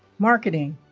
marketing,